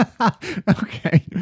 Okay